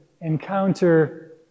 encounter